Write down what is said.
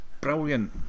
brilliant